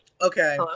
Okay